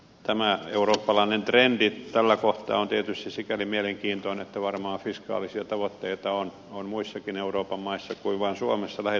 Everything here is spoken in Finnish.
tämä eurooppalainen trendi tällä kohtaa on tietysti sikäli mielenkiintoinen että varmaan fiskaalisia tavoitteita on muissakin euroopan maissa kuin vain suomessa lähitulevaisuudessa